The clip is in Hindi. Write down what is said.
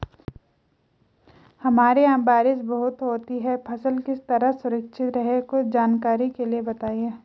हमारे यहाँ बारिश बहुत होती है फसल किस तरह सुरक्षित रहे कुछ जानकारी के लिए बताएँ?